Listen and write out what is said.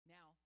Now